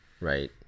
right